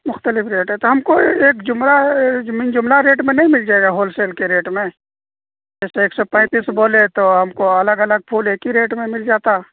مختلف ریٹ ہے تو ہم کو ایک من جملہ ریٹ میں نہیں مل جائے گا ہول سیل کے ریٹ میں جیسے ایک سو پینتیس بولے تو ہم کو الگ الگ پھول ایک ہی ریٹ میں مل جاتا